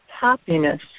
happiness